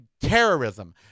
terrorism